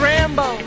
Rambo